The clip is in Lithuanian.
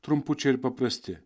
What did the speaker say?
trumpučiai ir paprasti